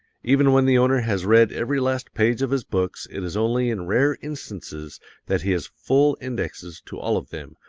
even when the owner has read every last page of his books it is only in rare instances that he has full indexes to all of them,